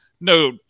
no